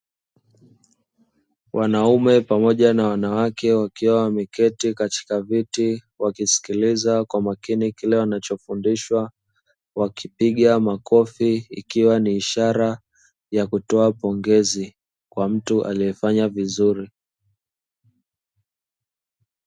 Wanaume pamoja na wanawake wakiwa wameketi katika viti, wakisikiliza kwa makini, wakisikiliza kwa makini kile wanachofundishwa, wakipiga makofi ikiwa ni ishara ya pongezi kwa mtu aliyefanya vizuri.